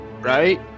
right